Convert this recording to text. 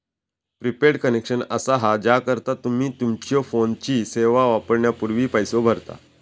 prepaid connection असा हा ज्याकरता तुम्ही तुमच्यो फोनची सेवा वापरण्यापूर्वी पैसो भरता